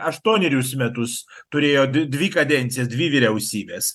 aštuonerius metus turėjo di dvi kadencijas dvi vyriausybės